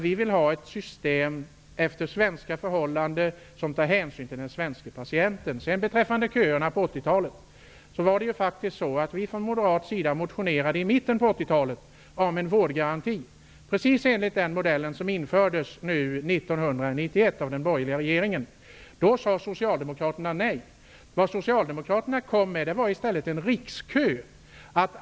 Vi vill ha ett system efter svenska förhållanden som tar hänsyn till den svenske patienten. Vad köerna på 1980-talet beträffar var det faktiskt så att vi från moderat sida motionerade i mitten av 1980-talet om en vårdgaranti enligt precis den modell som infördes 1991 av den borgerliga regeringen. Då sade socialdemokraterna nej. Vad de kom med var i stället en rikskö.